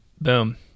boom